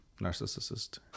Narcissist